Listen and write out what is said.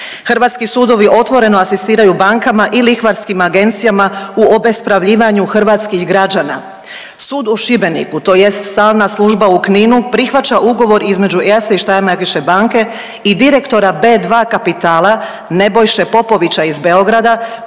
Hrvatski sudovi otvoreno asistiraju bankama i lihvarskim agencijama u obespravljivanju hrvatskih građana. Sud u Šibeniku tj. stalna služba u Kninu prihvaća ugovor između Erste Steiermarkische banke i direktora B2 Kapitala Nebojše Popovića iz Beograda